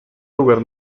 lugar